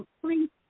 Please